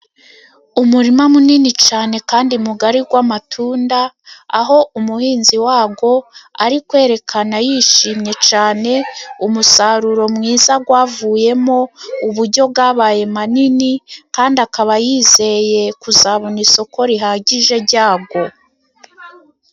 Umurima munini cyane kandi mugari w' amatunda aho umuhinzi wawo ari kwerekana yishimye cyane umusaruro mwiza, wavuyemo uburyo yabaye manini kandi akaba yizeye kuzabona, isoko rihagije ryayo.